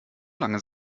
lange